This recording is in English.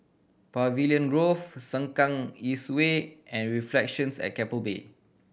Pavilion Grove Sengkang East Way and Reflections at Keppel Bay